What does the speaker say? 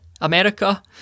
america